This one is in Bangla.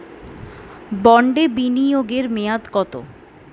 বন্ডে বিনিয়োগ এর মেয়াদ কত?